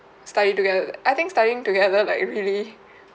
study together I think studying together like really